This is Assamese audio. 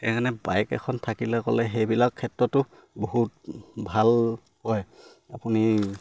সেইকাৰণে বাইক এখন থাকিলে ক'লে সেইবিলাক ক্ষেত্ৰতো বহুত ভাল হয় আপুনি